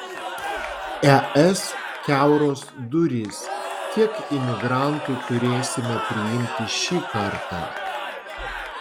es kiauros durys kiek imigrantų turėsime priimti šį kartą